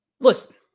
Listen